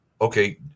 okay